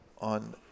on